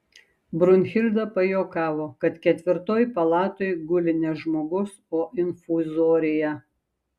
brunhilda pajuokavo kad ketvirtoj palatoj guli ne žmogus o infuzorija